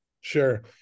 Sure